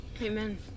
Amen